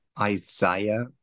isaiah